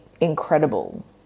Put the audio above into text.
incredible